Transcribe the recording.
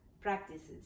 practices